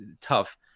tough